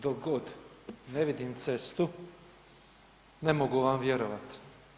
Dok god ne vidim cestu ne mogu vam vjerovat.